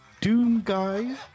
Doomguy